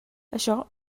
això